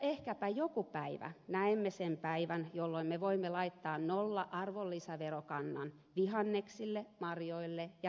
ehkäpä joku päivä näemme sen päivän jolloin me voimme laittaa nolla arvonlisäverokannan vihanneksille marjoille ja hedelmille